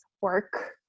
work